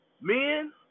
Men